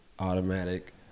Automatic